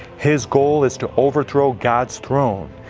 his goal is to overthrow god's throne.